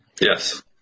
yes